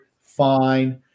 fine